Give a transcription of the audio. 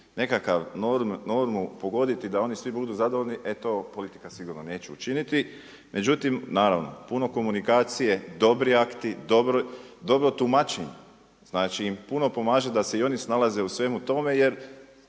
nekakvu normu pogoditi da oni svi budu zadovoljni e to politika sigurno neće učiniti. Međutim naravno, puno komunikacije, dobri akti, dobro tumačenje znači puno pomaže da se i oni snalaze u svemu tome. Jer